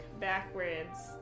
backwards